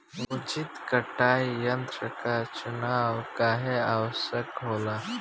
उचित कटाई यंत्र क चुनाव काहें आवश्यक होला?